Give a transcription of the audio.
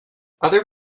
other